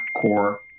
core